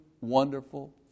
wonderful